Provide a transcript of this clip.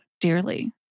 dearly